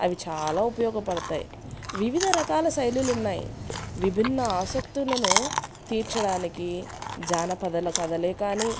అవి చాలా ఉపయోగపడతాయి వివిధ రకాల శైలులు ఉన్నాయి విభిన్న ఆసక్తులను తీర్చడానికి జానపదల కథలే కానీ